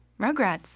Rugrats